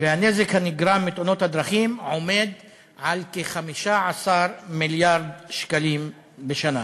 והנזק הנגרם מתאונות הדרכים הוא כ-15 מיליארד שקלים בשנה.